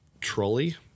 trolley